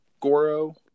Goro